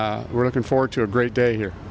we're looking forward to a great day here